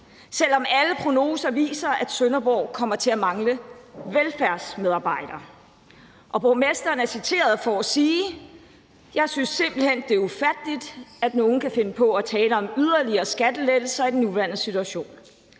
selv om alle prognoser viser, at Sønderborg kommer til at mangle velfærdsmedarbejdere, og borgmesteren er citeret for at sige: »Jeg synes simpelthen, det er ufatteligt, at nogen kan finde på at snakke om yderligere skattelettelser i denne situation.«